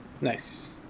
Nice